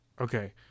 Okay